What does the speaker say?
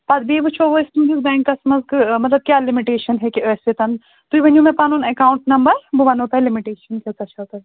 پَتہٕ بیٚیہِ وُچھو أسۍ تُہٕنٛدِس بیٚنٛکَس منٛز تہٕ مطلب کیٛاہ لِمِٹیشَن ہیٚکہِ ٲسِتھ تُہۍ ؤنِو مےٚ پَنُن اٮ۪کاوُنٛٹ نمبر بہٕ وَنہو تۄہہِ لِمِٹیشَن کٲژاہ چھَو تۄہہِ